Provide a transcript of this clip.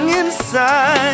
inside